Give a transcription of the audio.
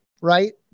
right